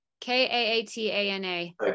K-A-A-T-A-N-A